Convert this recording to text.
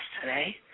today